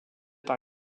par